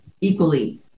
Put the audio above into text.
equally